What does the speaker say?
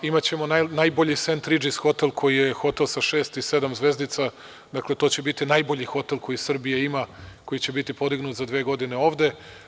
Imaćemo najbolji „Sent ridžis hotel“ koji je hotel sa šest i sedam zvezdica, dakle to će biti najbolji hotel koji Srbija ima koji će biti podignut za dve godine ovde.